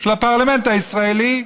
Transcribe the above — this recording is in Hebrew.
של הפרלמנט הישראלי,